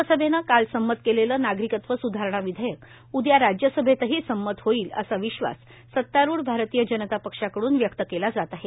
लोकसभेनं काल संमत केलेलं नागरिकत्व स्धारणा विधेयक उद्या राज्यसभेतही संमत होईल असा विश्वास सत्तारूढ भारतीय जनता पक्षाकडून व्यक्त केला जात आहे